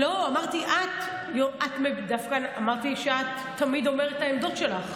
לא, אמרתי שאת תמיד אומרת את העמדות שלך.